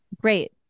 Great